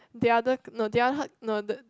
the other c~ the other h~ no the